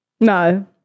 no